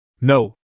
No